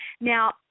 Now